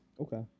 Okay